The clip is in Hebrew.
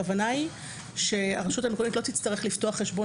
הכוונה היא שהרשות המקומית לא תצטרך לפתוח חשבון